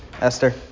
Esther